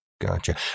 Gotcha